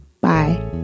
Bye